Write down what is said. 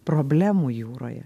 problemų jūroje